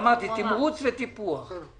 אמרתי, תמרוץ וטיפוח.